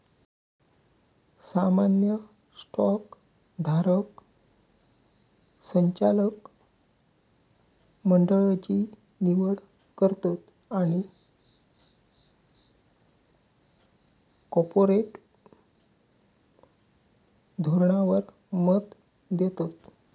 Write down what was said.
सामान्य स्टॉक धारक संचालक मंडळची निवड करतत आणि कॉर्पोरेट धोरणावर मत देतत